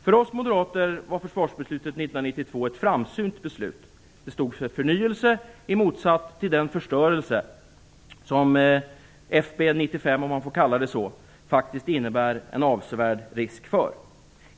För oss moderater var försvarsbeslutet 1992 ett framsynt beslut som stod för förnyelse i motsats till den förstörelse som FB 95, om man får kalla det så, faktiskt innebär en avsevärd risk för.